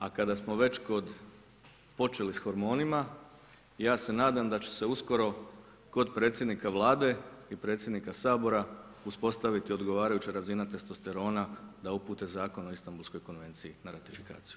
A kada smo već počeli sa hormonima, ja se nadam, da će se uskoro kod predsjednika Vlade i predsjednika Sabora uspostaviti odgovarajuća razina testosterona da upute Zakon o Istambulskoj konvenciji na ratifikaciju.